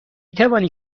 توانی